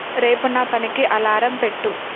రేపు నా పనికి అలారం పెట్టు